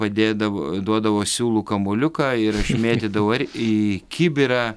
padėdavo duodavo siūlų kamuoliuką ir aš mėtydavau į kibirą